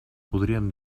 podríem